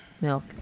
milk